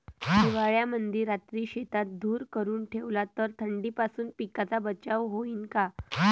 हिवाळ्यामंदी रात्री शेतात धुर करून ठेवला तर थंडीपासून पिकाचा बचाव होईन का?